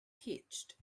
pitched